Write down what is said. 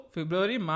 February